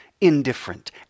indifferent